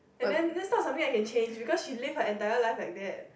and then that's no something I can change because she lives her entire life like that